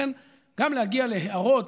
לכן גם להגיע להארות,